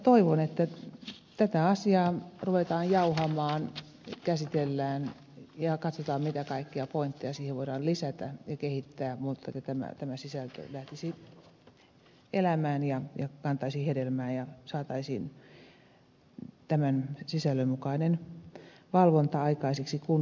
toivon että tätä asiaa ruvetaan jauhamaan käsittelemään ja katsomaan mitä kaikkia pointteja siihen voidaan lisätä ja kehittää jotta tämä sisältö lähtisi elämään ja kantaisi hedelmää ja saataisiin tämän sisällön mukainen valvonta aikaiseksi kunnille